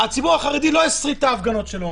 הציבור החרדי לא הסריט את ההפגנות שלו.